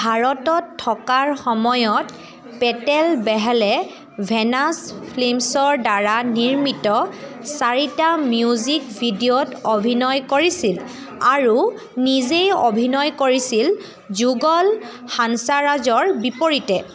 ভাৰতত থকাৰ সময়ত পেটেল বেহলে ভেনাছ ফিল্মছৰ দ্বাৰা নিৰ্মিত চাৰিটা মিউজিক ভিডিঅ'ত অভিনয় কৰিছিল আৰু নিজেই অভিনয় কৰিছিল যুগল হান্সৰাজৰ বিপৰীতে